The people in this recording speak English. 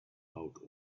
out